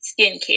skincare